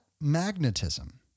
magnetism